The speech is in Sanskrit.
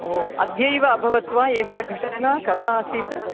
ओ अद्यैव अभवत् वा एषा घटना कदा आसीत्